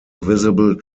visible